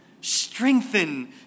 strengthen